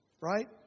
right